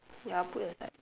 ya put it aside